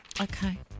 Okay